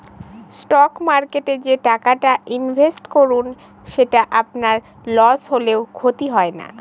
stock মার্কেটে যে টাকাটা ইনভেস্ট করুন সেটা আপনার লস হলেও ক্ষতি হয় না